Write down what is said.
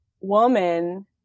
woman